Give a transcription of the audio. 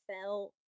fell